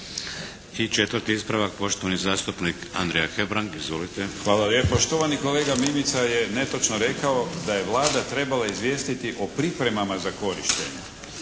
I četvrti ispravak, poštovani zastupnik Andrija Hebrang. Izvolite! **Hebrang, Andrija (HDZ)** Hvala lijepo. Štovani kolega Mimica je netočno rekao da je Vlada trebala izvijestiti o pripremama za korištenje